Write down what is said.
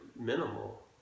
minimal